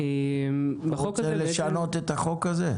אתה רוצה לשנות את החוק הזה?